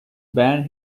band